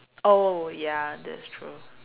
oh ya that's true